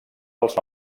dels